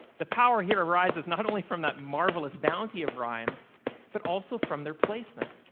the power here arises not only from that marvelous bounty of rhymes but also from their placement.